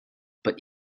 but